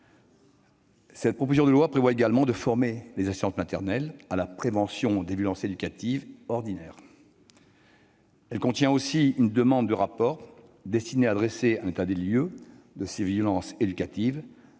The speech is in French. Cette proposition de loi prévoit la formation des assistantes maternelles à la prévention des violences éducatives ordinaires. Elle comporte aussi une demande d'un rapport dressant un état des lieux des violences éducatives